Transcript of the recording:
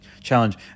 challenge